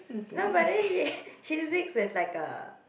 no but then she she speaks with like a